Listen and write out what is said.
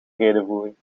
redevoering